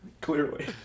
Clearly